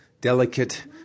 delicate